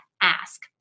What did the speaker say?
ask